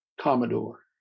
Commodore